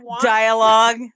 dialogue